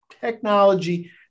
technology